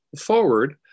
forward